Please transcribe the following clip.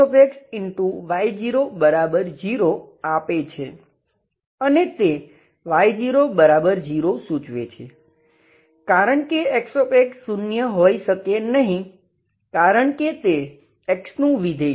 Y00 આપે છે અને તે Y00 સૂચવે છે કારણ કે Xx શૂન્ય હોઈ શકે નહીં કારણ કે તે x નું વિધેય છે